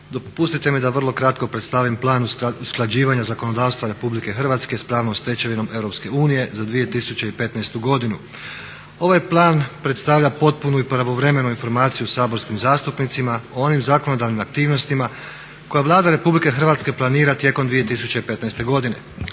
Dopustite mi da vrlo kratko predstavim Plan usklađivanja zakonodavstva Republike Hrvatske s pravnom stečevinom Europske unije za 2015. godinu. Ovaj plan predstavlja potpunu i pravovremenu informaciju saborskim zastupnicima o onim zakonodavnim aktivnostima koje Vlada Republike Hrvatske planira tijekom 2015.godine,